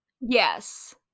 Yes